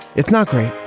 it's not great,